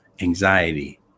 anxiety